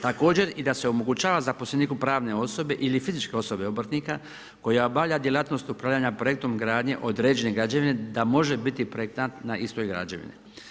Također, i da se omogućava zaposleniku pravne osobe ili fizičke osobe obrtnika koja obavlja djelatnost upravljanja projektom gradnje određene građevine da može biti projektant na istoj građevini.